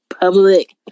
public